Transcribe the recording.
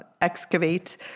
Excavate